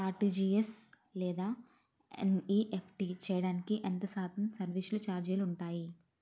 RTGS లేదా NEFT చేయడానికి ఎంత శాతం సర్విస్ ఛార్జీలు ఉంటాయి?